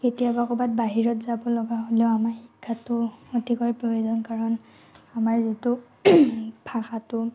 কেতিয়াবা ক'ৰবাত বাহিৰত যাব লগা হ'লেও আমাৰ শিক্ষাটো অতিকৈ প্ৰয়োজন কাৰণ আমাৰ যিটো ভাষাটো